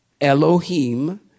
Elohim